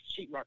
sheetrock